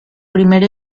primer